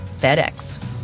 FedEx